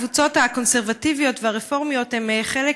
הקבוצות הקונסרבטיביות והרפורמיות הן חלק